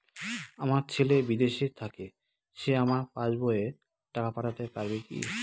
আমার ছেলে বিদেশে থাকে সে আমার পাসবই এ টাকা পাঠাতে পারবে কি?